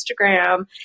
Instagram